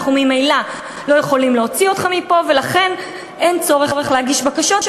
אנחנו ממילא לא יכולים להוציא אותך מפה ולכן אין צורך להגיש בקשות,